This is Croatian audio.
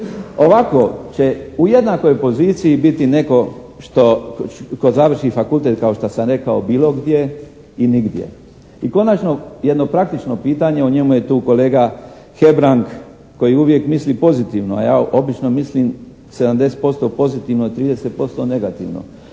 Ovako će u jednakoj poziciji biti netko tko završi fakultet kao što sam rekao bilo gdje i nigdje. I konačno, jedno praktično pitanje. O njemu je tu kolega Hebrang koji uvijek misli pozitivno a ja obično mislim 70% pozitivno a 30% negativno.